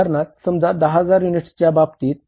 उदाहरणार्थ समजा 10 हजार युनिट्सच्या बाबतीत